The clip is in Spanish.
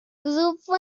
grupo